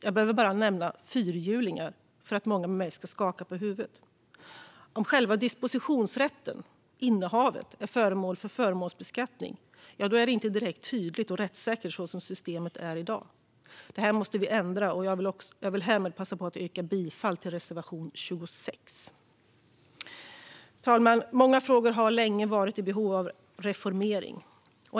Jag behöver bara nämna fyrhjulingar för att många med mig ska skaka på huvudet. Om själva dispositionsrätten, innehavet, är föremål för förmånsbeskattning är det inte direkt tydligt och rättssäkert så som systemet är i dag. Det här måste vi ändra, och jag vill härmed passa på att yrka bifall till reservation 26. Fru talman! Många frågor har länge varit i behov av reformering.